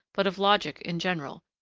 but of logic in general.